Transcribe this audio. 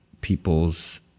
people's